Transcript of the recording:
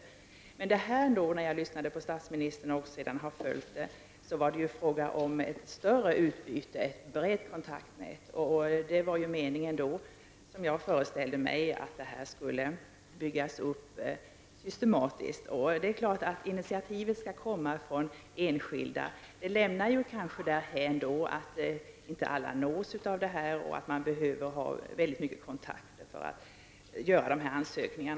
Jag kunde emellertid när jag lyssnade på statsministern förstå att det nu skulle bli fråga om ett större utbyte, ett brett kontaktnät. Jag föreställer mig att detta skall byggas upp systematiskt. Initiativet skall självfallet komma från enskilda, men det kanske leder till att inte alla nås av informationen och att det kanske blir nödvändigt att ha väldigt gott om kontakter för att kunna göra dessa ansökningar.